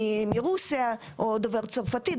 מרוסיה או דובר צרפתית,